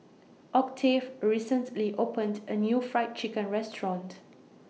Octave recently opened A New Fried Chicken Restaurant